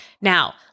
Now